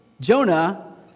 Jonah